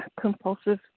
Compulsive